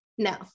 No